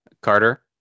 Carter